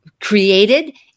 created